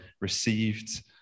received